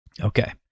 Okay